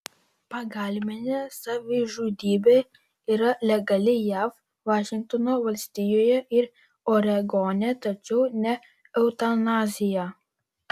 pagalbinė savižudybė yra legali jav vašingtono valstijoje ir oregone tačiau ne eutanazija